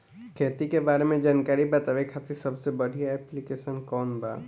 खेती के बारे में जानकारी बतावे खातिर सबसे बढ़िया ऐप्लिकेशन कौन बा?